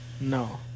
no